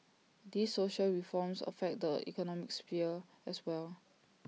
these social reforms affect the economic sphere as well